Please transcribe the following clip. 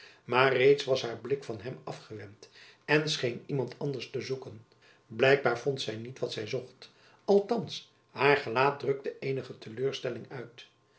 maar reeds was haar blik van hem afgewend en scheen iemand anders te zoeken blijkbaar vond zy niet wat zy zocht althands haar gelaat drukte eenige te leur stelling uit